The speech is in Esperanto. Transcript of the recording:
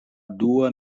dua